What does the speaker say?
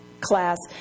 class